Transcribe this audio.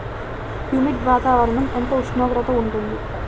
Humid వాతావరణం ఎంత ఉష్ణోగ్రత ఉంటుంది?